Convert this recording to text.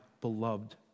beloved